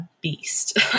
beast